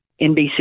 NBC